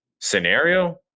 scenario